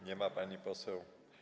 Nie ma pani poseł.